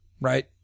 Right